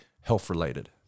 health-related